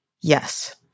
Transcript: yes